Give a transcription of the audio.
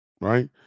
right